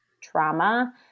trauma